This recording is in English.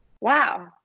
Wow